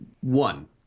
One